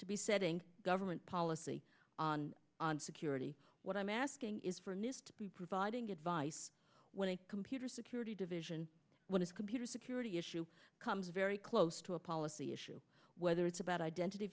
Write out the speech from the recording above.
to be setting government policy on security what i'm asking is for nist to be providing advice when a computer security division when it's computer security issue comes very close to a policy issue whether it's about identity